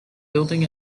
building